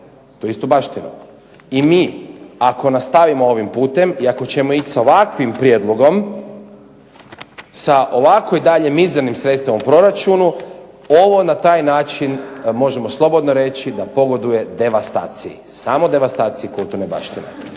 I mi ako nastavimo ovim putem i ako ćemo ići sa ovakvim prijedlogom, sa ovako i dalje mizernim sredstvima u proračunu ovo na taj način možemo slobodno reći da pogoduje devastaciji, samo devastaciji kulturne baštine.